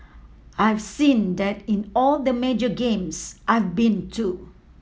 I've seen that in all the major games I've been too